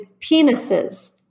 penises